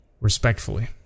respectfully